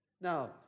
Now